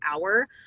hour